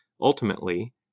ultimately